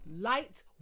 light